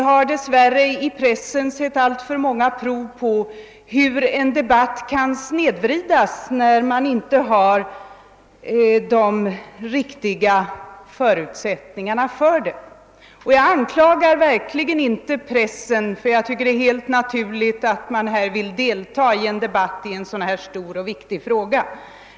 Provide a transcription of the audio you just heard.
I pressen har vi ju dess värre sett alltför många prov på hur en debatt kan snedvridas när de riktiga förutsättningarna inte föreligger, men jag anklagar verkligen inte pressen eftersom jag finner det helt naturligt att den vill delta i debatten av en så stor och viktig fråga.